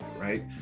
right